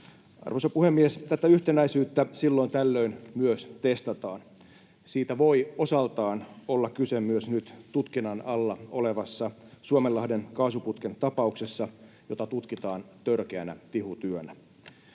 Arvoisa puhemies! Tätä yhtenäisyyttä silloin tällöin myös testataan. Siitä voi osaltaan olla kyse myös nyt tutkinnan alla olevassa Suomenlahden kaasuputken tapauksessa, jota tutkitaan törkeänä tihutyönä.